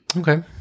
Okay